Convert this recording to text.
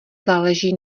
záleží